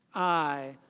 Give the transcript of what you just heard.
i.